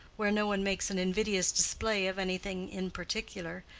where no one makes an invidious display of anything in particular,